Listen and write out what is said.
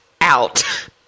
out